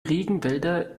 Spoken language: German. regenwälder